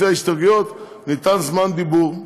לפי ההסתייגויות ניתן זמן דיבור,